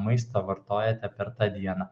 maistą vartojate per tą dieną